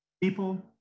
People